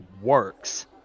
works